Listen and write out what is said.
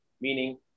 meaning